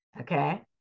Okay